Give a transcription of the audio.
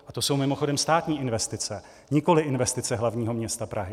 A to jsou mimochodem státní investice, nikoliv investice hlavního města Prahy.